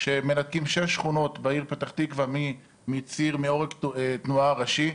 שמנתקים שש שכונות בעיר פתח תקווה מציר תנועה ראשי.